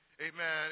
amen